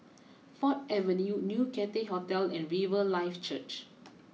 Ford Avenue new Cathay Hotel and Riverlife Church